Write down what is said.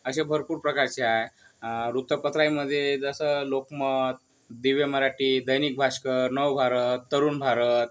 असे भरपूर प्रकारचे आहे वृत्तपत्राईमध्ये जसं लोकमत दिव्य मराठी दैनिक भास्कर नवभारत तरुण भारत